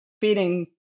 feeding